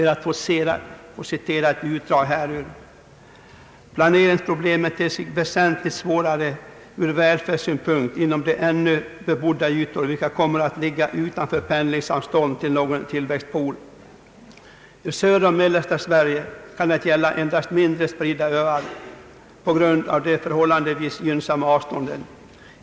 Låt mig citera ett utdrag härur: »Planeringsproblemen ter sig väsentligt svårare ur välfärdssynpunkt inom de ännu bebodda ytor vilka kommer att ligga utanför pendlingsavstånd till någon tillväxtpol. I södra och mellersta Sverige kan det gälla endast mindre spridda öar på grund av de förhållandevis gynnsamma avstånden.